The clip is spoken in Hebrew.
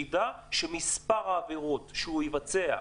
ידע שמספר העבירות שהוא יבצע,